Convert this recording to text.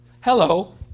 Hello